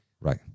Right